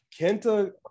Kenta